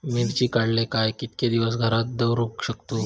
मिर्ची काडले काय कीतके दिवस घरात दवरुक शकतू?